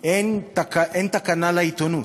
אין תקנה לעיתונות,